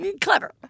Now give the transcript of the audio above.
clever